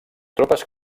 tropes